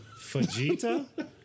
Vegeta